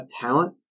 talent